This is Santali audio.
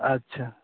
ᱟᱪᱪᱷᱟ